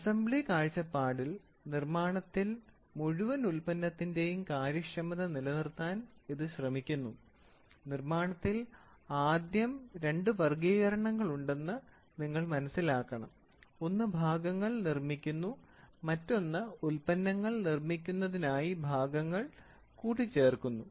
assembly കാഴ്ചപ്പാടിൽ നിർമ്മാണത്തിൽ മുഴുവൻ ഉൽപ്പന്നത്തിന്റെയും കാര്യക്ഷമത നിലനിർത്താൻ ഇത് ശ്രമിക്കുന്നു നിർമ്മാണത്തിൽ ആദ്യം രണ്ട് വർഗ്ഗീകരണങ്ങളുണ്ടെന്ന് നിങ്ങൾ മനസ്സിലാക്കണം ഒന്ന് ഭാഗങ്ങൾ നിർമ്മിക്കുന്നു മറ്റൊന്ന് ഉൽപ്പന്നങ്ങൾ നിർമ്മിക്കുന്നതിനായി ഭാഗങ്ങൾ കൂട്ടിച്ചേർക്കുന്നു